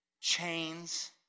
chains